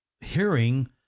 hearing